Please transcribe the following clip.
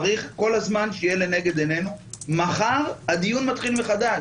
צריך כל הזמן שיהיה לנגד עינינו שמחר הדיון מתחיל מחדש.